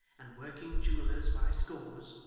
and working jewellers by scores,